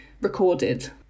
recorded